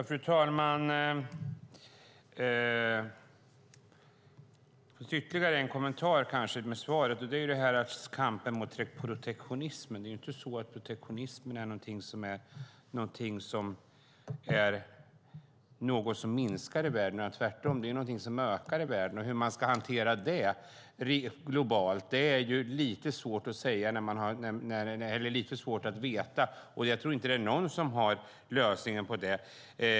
Fru talman! Jag har ytterligare en kommentar med tanke på svaret, och det gäller kampen mot protektionism. Det är inte så att protektionism är något som minskar i världen. Tvärtom ökar det i världen, och hur man ska hantera det globalt är lite svårt att veta. Jag tror inte att det är någon som har lösningen på det.